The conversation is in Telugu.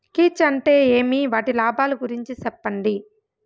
కీచ్ అంటే ఏమి? వాటి లాభాలు గురించి సెప్పండి?